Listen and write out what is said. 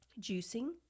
juicing